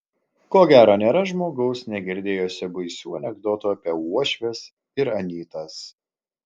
ko gero nėra žmogaus negirdėjusio baisių anekdotų apie uošves ir anytas